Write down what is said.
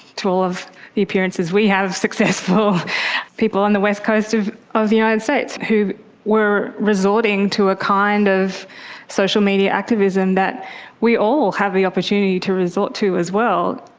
to all of the appearances we have, successful people on the west coast of of the united states who were resorting to a kind of social media activism that we all have the opportunity to resort to as well.